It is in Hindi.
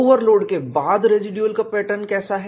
ओवरलोड के बाद रेसीड्यूल स्ट्रेस का पैटर्न कैसा है